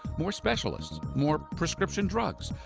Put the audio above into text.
more speicalists, more prescription drugs.